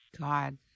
God